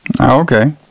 Okay